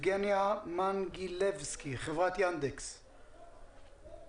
יבגניה מוגילבסקי מחברת יאנדקס בבקשה.